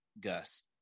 Gus